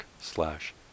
slash